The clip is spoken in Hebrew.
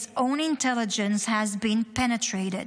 own intelligence has been penetrated.